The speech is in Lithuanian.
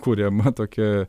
kuriama tokia